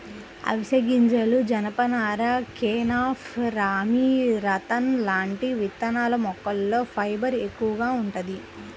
అవిశె గింజలు, జనపనార, కెనాఫ్, రామీ, రతన్ లాంటి విత్తనాల మొక్కల్లో ఫైబర్ ఎక్కువగా వుంటది